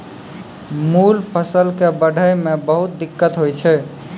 मूल फसल कॅ बढ़ै मॅ बहुत दिक्कत होय छै